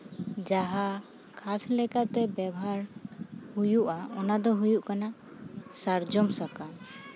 ᱡᱟᱦᱟᱸ ᱠᱷᱟᱥ ᱞᱮᱠᱟᱛᱮ ᱵᱮᱣᱦᱟᱨ ᱦᱩᱭᱩᱜᱼᱟ ᱚᱱᱟᱫᱚ ᱦᱩᱭᱩᱜ ᱠᱟᱱᱟ ᱥᱟᱨᱡᱚᱢ ᱥᱟᱠᱟᱢ